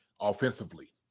offensively